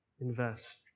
Invest